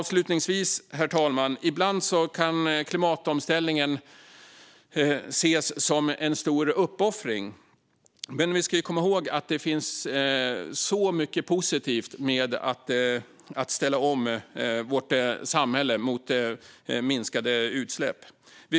Avslutningsvis: Ibland kan klimatomställningen ses som en stor uppoffring. Men vi ska komma ihåg att det finns så mycket positivt med att ställa om vårt samhälle för att minska utsläppen.